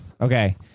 Okay